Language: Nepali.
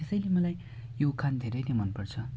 त्यसैले मलाई यो उखान धेरै नै मनपर्छ